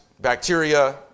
bacteria